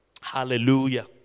Hallelujah